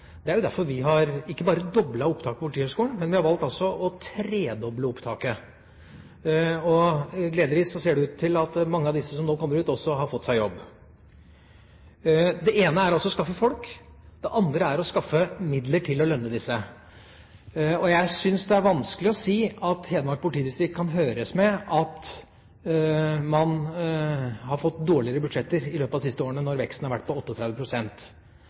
Det er jo derfor vi ikke bare har doblet opptaket til Politihøgskolen, men altså har valgt å tredoble opptaket. Gledeligvis ser det ut til at mange av dem som nå kommer ut, også har fått seg jobb. Det ene er altså å skaffe folk. Det andre er å skaffe midler til å lønne dem. Jeg syns det er vanskelig å si at Hedmark politidistrikt kan bli hørt på at man har fått dårligere budsjetter i løpet av de siste årene, når veksten har vært på